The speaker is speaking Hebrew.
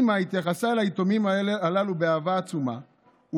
אימא התייחסה אל היתומים הללו באהבה עצומה,